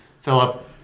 Philip